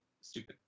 stupid